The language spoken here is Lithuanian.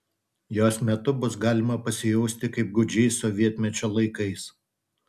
jos metu bus galima pasijausti kaip gūdžiais sovietmečio laikais